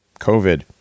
COVID